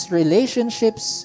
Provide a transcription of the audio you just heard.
relationships